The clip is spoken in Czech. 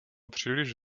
příliš